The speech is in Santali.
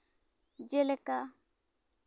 ᱡᱮᱞᱮᱠᱟ